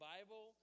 Bible